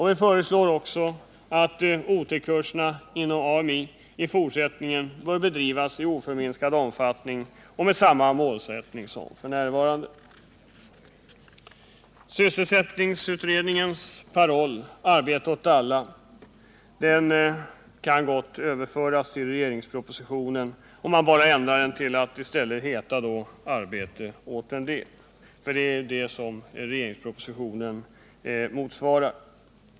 Vi föreslår också att OT-kurserna inom AMI i fortsättningen bör bedrivas i oförminskad omfattning och med samma målsättning som f. n. Sysselsättningsutredningens paroll arbete åt alla skulle kunna överföras till propositionen, om parollen bara ändras till arbete åt en del, för det är inriktningen i regeringsförslaget.